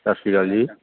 ਸਤਿ ਸ਼੍ਰੀ ਅਕਾਲ ਜੀ